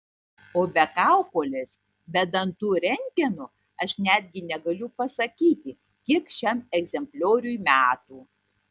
o be kaukolės be dantų rentgeno aš netgi negaliu pasakyti kiek šiam egzemplioriui metų